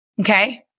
Okay